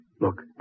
Look